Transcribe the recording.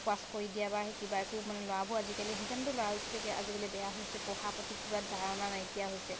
পাছ কৰি দিয়ে বা কিবা একো ল'ৰাবোৰ আজিকালি সেইকাৰণেতো ল'ৰা ছোৱালী আজিকালি বেয়া হৈছে পঢ়াৰ প্ৰতি কিবা ধাৰণা নাইকিয়া হৈছে